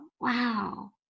wow